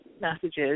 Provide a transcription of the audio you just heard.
messages